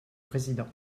président